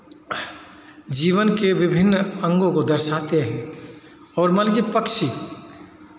जीवन के विभिन्न अंगों को दर्शाते हैं और मान लीजिए पक्षी